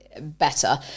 better